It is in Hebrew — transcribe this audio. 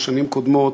בשנים קודמות,